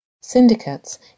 Syndicates